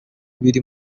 biri